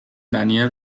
daniel